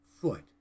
foot